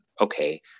Okay